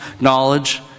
knowledge